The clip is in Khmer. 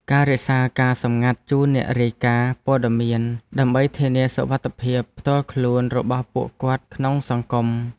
ការរក្សាការសម្ងាត់ជូនអ្នករាយការណ៍ព័ត៌មានដើម្បីធានាសុវត្ថិភាពផ្ទាល់ខ្លួនរបស់ពួកគាត់ក្នុងសង្គម។